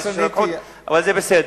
אבל זה בסדר.